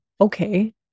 okay